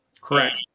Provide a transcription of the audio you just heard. Correct